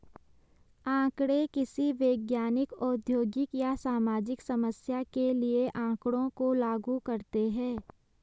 आंकड़े किसी वैज्ञानिक, औद्योगिक या सामाजिक समस्या के लिए आँकड़ों को लागू करते है